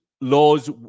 laws